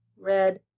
red